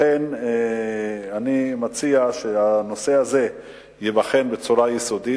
לכן אני מציע שהנושא הזה ייבחן בצורה יסודית.